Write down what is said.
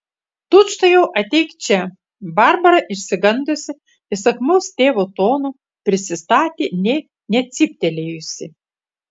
tučtuojau ateik čia barbara išsigandusi įsakmaus tėvo tono prisistatė nė necyptelėjusi